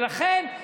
ולכן,